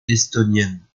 estonienne